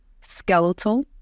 skeletal